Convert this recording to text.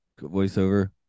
voiceover